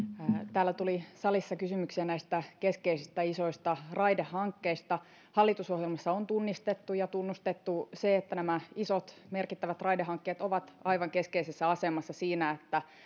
täällä salissa tuli kysymyksiä näistä keskeisistä isoista raidehankkeista hallitusohjelmassa on tunnistettu ja tunnustettu se että nämä isot merkittävät raidehankkeet ovat aivan keskeisessä asemassa siinä että